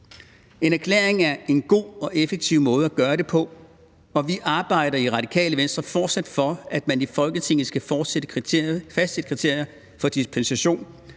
En erklæring er en god og effektiv måde at gøre det på. Og vi arbejder i Radikale Venstre fortsat for, at man i Folketinget skal fastsætte kriterier for dispensation,